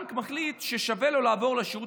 הבנק מחליט ששווה לו לעבור לשירות